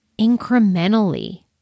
incrementally